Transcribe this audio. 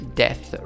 death